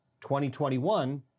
2021